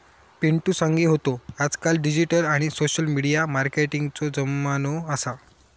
पिंटु सांगी होतो आजकाल डिजिटल आणि सोशल मिडिया मार्केटिंगचो जमानो असा